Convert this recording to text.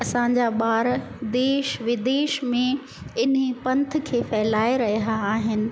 असांजा ॿार देश विदेश में इन ई पंथ खे फैलाए रहिया आहिनि